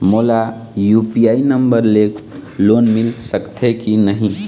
मोला UPI number ले loan मिल सकथे कि नहीं?